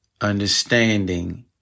understanding